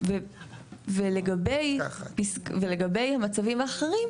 ולגבי המצבים האחרים,